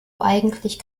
eigentlich